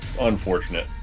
Unfortunate